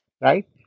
right